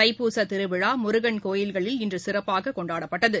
தைப்பூசத் திருவிழா முருகள் கோவில்களில் இன்று சிறப்பாகக் கொண்டாடப்பட்டது